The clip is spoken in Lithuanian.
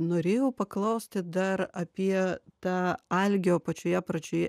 norėjau paklausti dar apie tą algio pačioje pradžioje